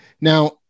Now